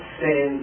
sin